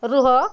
ରୁହ